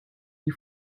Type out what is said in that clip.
you